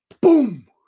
boom